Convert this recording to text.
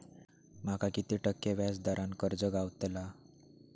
माका किती टक्के व्याज दरान कर्ज गावतला?